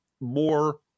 more